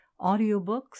audiobooks